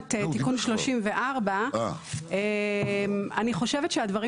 רפורמת תיקון 34 אני חושבת שהדברים